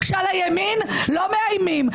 שעל הימין לא מאיימים,